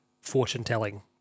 fortune-telling